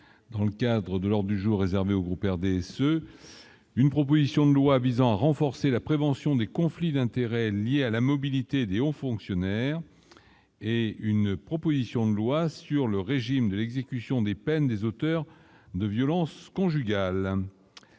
dans le cadre de l'or du jour réservé au groupe RDSE, une proposition de loi visant à renforcer la prévention des conflits d'intérêts liés à la mobilité aux fonctionnaires et une proposition de loi sur le régime de l'exécution des peines, des auteurs de violences conjugales,